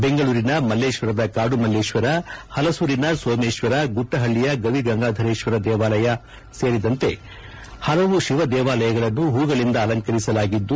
ಬೆಂಗಳೂರಿನ ಮಲ್ಲೇಶ್ವರದ ಕಾಡುಮಲ್ಲೇಶ್ವರ ಪಲಸೂರಿನ ಸೋಮೇಶ್ವರ ಗುಟ್ಷಪಳ್ಳಿಯ ಗವಿಗಂಗಾಧರೇಶ್ವರ ದೇವಾಲಯ ಸೇರಿದಂತೆ ಪಲವು ಶಿವನ ದೇವಾಲಯಗಳನ್ನು ಹೂಗಳಿಂದ ಅಲಂಕರಿಸಲಾಗಿದ್ದು